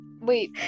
Wait